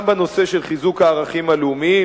גם בנושא של חיזוק הערכים הלאומיים,